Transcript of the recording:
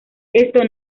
esto